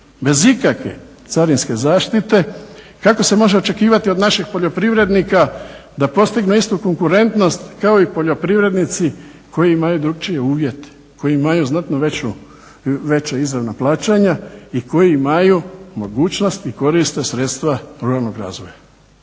bez ikakve carinske zaštite, kako se može očekivati od našeg poljoprivrednika da postignu istu konkurentnost kao i poljoprivrednici koji imaju drukčije uvjete, koji imaju znatno veća izravna plaćanja i koji imaju mogućnosti i koriste sredstva ruralnog razvoja.